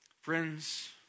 Friends